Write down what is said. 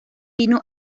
vino